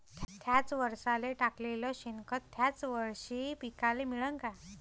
थ्याच वरसाले टाकलेलं शेनखत थ्याच वरशी पिकाले मिळन का?